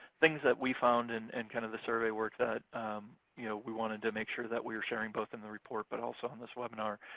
things that we found in and kind of the survey were that yeah we wanted to make sure that we're sharing both in the report but also on this webinar,